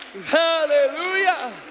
hallelujah